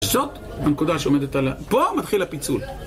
זאת הנקודה שעומדת עליה. פה מתחיל הפיצול.